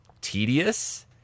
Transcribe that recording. tedious